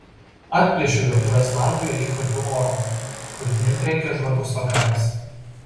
atplėšiu virtuvės langą ir įkvepiu oro krūtinėn trenkia žvarbus vakaris